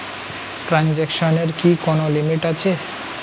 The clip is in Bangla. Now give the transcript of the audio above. ট্রানজেকশনের কি কোন লিমিট আছে?